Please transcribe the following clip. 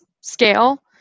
scale